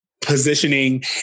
positioning